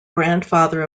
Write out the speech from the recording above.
grandfather